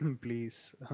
please